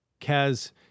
Kaz